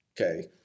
okay